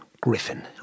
Griffin